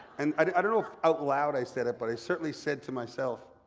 and i don't know if out loud i said it, but i certainly said to myself,